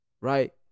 right